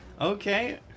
Okay